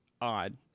odd